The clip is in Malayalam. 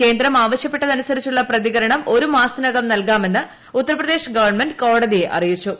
കേന്ദ്രം ആവശ്യപ്പെട്ടത് അനുസരിച്ചുള്ള പ്രതികരണം ഒരു മാസത്തിനകം നൽകാമെന്ന് ഉത്തർപ്രദേശ് ഗവൺമെന്റ് കോടതിയെ അറിയിച്ചു